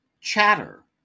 Chatter